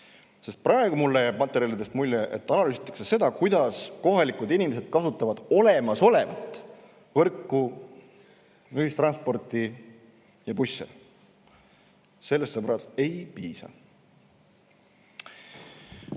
Praegu jääb mulle materjalidest mulje, et analüüsitakse seda, kuidas kohalikud inimesed kasutavad olemasolevat võrku, ühistransporti ja busse. Sellest, sõbrad, ei piisa.